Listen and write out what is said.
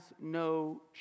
no